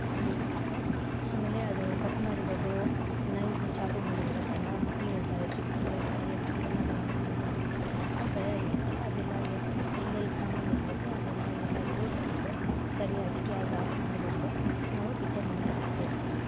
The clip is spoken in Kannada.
ಸರಿಯಾಗುತ್ತೆ ಆಮೇಲೆ ಅದು ಕಟ್ ಮಾಡಿರೋದು ನೈಫ್ ಚಾಕುಗಳು ಇರುತ್ತೆಲ್ಲ ಮಕ್ಳು ಇರ್ತಾರೆ ಚಿಕ್ಕ ಮಕ್ಕಳೆಲ್ಲ ಎತ್ತಿ ಏನಾದ್ರು ಒಂದು ಮಾಡಿಬಿಡ್ತಾರೆ ಅವರು ಅಂತ ಭಯ ಇರತ್ತೆಲ್ಲ ಅದೆಲ್ಲ ಎಲ್ಲೆಲ್ಲಿ ಸಾಮಾನು ಇಕ್ಬೇಕು ಅದೆಲ್ಲ ಎಲ್ಲ ಜೋಡಿಸ್ಬಿಟ್ಟು ಸರಿಯಾಗಿ ಗ್ಯಾಸ್ ಆಫ್ ಮಾಡಿಬಿಟ್ಟು ನಾವು ಕಿಚನ್ನಿಂದ ಆಚೆ ಬರಬೇಕು